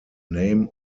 name